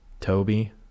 Toby